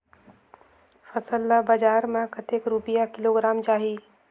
फसल ला बजार मां कतेक रुपिया किलोग्राम जाही?